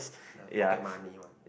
the pocket money one